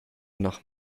nach